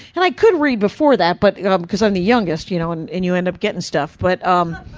and i couldn't read before that, but ah because, i'm the youngest, you know and and you end up getting stuff. but um,